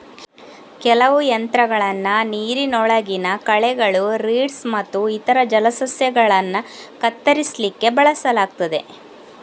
ಕೆಲವು ಯಂತ್ರಗಳನ್ನ ನೀರಿನೊಳಗಿನ ಕಳೆಗಳು, ರೀಡ್ಸ್ ಮತ್ತು ಇತರ ಜಲಸಸ್ಯಗಳನ್ನ ಕತ್ತರಿಸ್ಲಿಕ್ಕೆ ಬಳಸಲಾಗ್ತದೆ